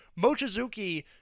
Mochizuki